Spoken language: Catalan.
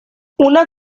una